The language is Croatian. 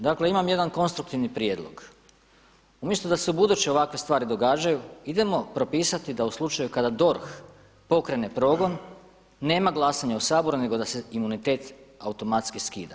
Dakle imam jedan konstruktivni prijedlog umjesto da se ubuduće ovakve stvari događaju idemo propisati da u slučaju kada DORH pokrene progon nema glasanja u Saboru nego da se imunitet automatski skida.